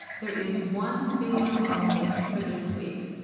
there is one video only for this week.